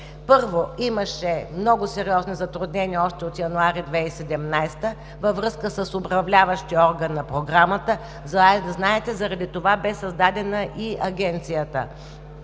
Първо, имаше много сериозни затруднения още от месец януари 2017 г. във връзка с Управляващия орган на Програмата. Знаете, че заради това бе създадена и Агенцията